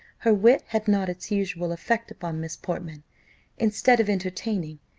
her wit had not its usual effect upon miss portman instead of entertaining,